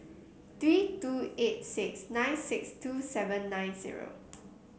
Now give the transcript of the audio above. three two eight six nine six two seven nine zero